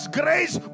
grace